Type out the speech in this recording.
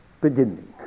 beginning